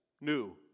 new